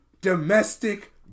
domestic